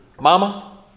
Mama